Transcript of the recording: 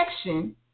action